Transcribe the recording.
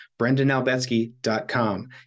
brendanalbetsky.com